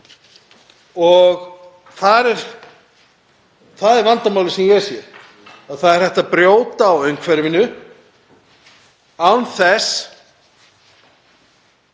Það er vandamálið sem ég sé. Það er hægt að brjóta á umhverfinu án þess